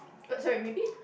uh sorry repeat